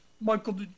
Michael